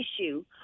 issue